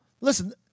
listen